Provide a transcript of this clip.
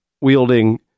wielding